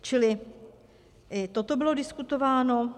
Čili i toto bylo diskutováno.